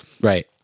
Right